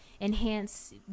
enhance